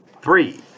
Three